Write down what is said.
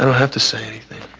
have to say